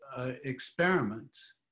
experiments